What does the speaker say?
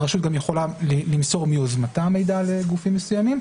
הרשות גם יכולה למסור מיוזמתה מידע על גופים מסוימים,